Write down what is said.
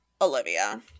olivia